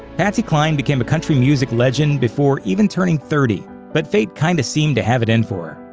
patsy cline became a country music legend before even turning thirty, but fate kind of seemed to have it in for